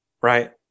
right